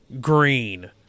green